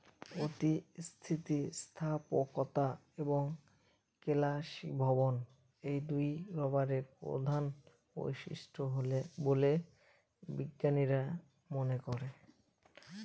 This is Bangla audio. অতি স্থিতিস্থাপকতা এবং কেলাসীভবন এই দুইই রবারের প্রধান বৈশিষ্ট্য বলে বিজ্ঞানীরা মনে করেন